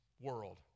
world